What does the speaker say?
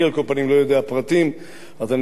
אני,